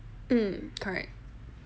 mm correct